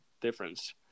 difference